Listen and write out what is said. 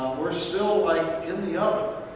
we're still in the oven,